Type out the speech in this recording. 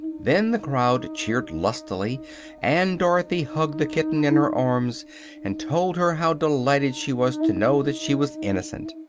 then the crowd cheered lustily and dorothy hugged the kitten in her arms and told her how delighted she was to know that she was innocent.